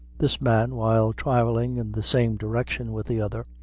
this man, while travelling in the same direction with the other,